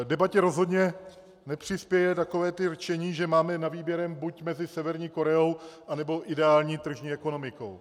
Debatě rozhodně nepřispějí taková ta rčení, že máme na výběr buď mezi Severní Koreou, nebo ideální tržní ekonomikou.